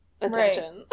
attention